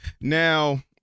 Now